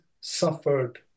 suffered